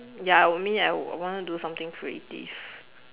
ya I would me I would want to do something creative